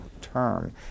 term